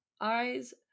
eyes